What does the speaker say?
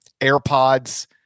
AirPods